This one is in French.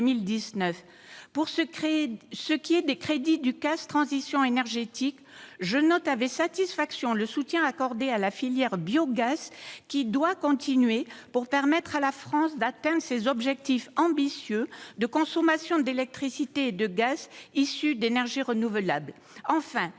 J'en viens aux crédits du CAS « Transition énergétique ». Je note avec satisfaction le soutien accordé à la filière biogaz, qui doit continuer pour permettre à la France d'atteindre ses objectifs ambitieux de consommation d'électricité et de gaz issus d'énergies renouvelables.